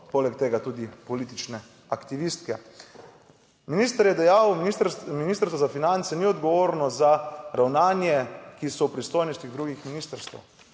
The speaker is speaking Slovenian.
poleg tega tudi politične aktivistke. Minister je dejal: Ministrstvo za finance ni odgovorno za ravnanje, ki so v pristojnosti drugih ministrstev.